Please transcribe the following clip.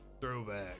Throwback